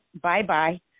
bye-bye